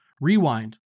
rewind